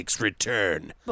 return